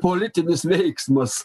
politinis veiksmas